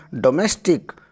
domestic